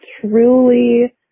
truly